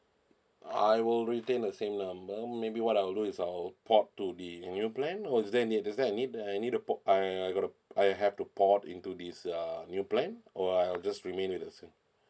I will retain the same number maybe what I'll do is I'll port to be a new plan or is there any does there any that I need to port I I got to I have to port into this uh new plan or I'll just remain it the same